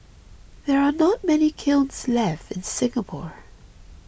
there are not many kilns left in Singapore